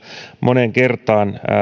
moneen kertaan se